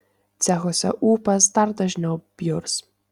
cechuose ūpas dar dažniau bjurs